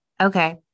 okay